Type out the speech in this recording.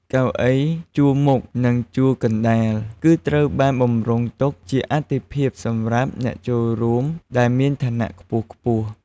កៅអីជួរមុខ និងជួរកណ្តាល គឺត្រូវបានបម្រុងទុកជាអាទិភាពសម្រាប់អ្នកចូលរួមដែលមានឋានៈខ្ពស់ៗ។